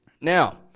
Now